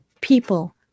people